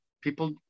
People